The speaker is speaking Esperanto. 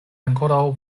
ankoraŭ